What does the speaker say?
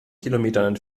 kilometern